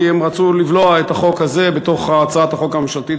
כי הם רצו לבלוע את החוק הזה בתוך הצעת החוק הממשלתית.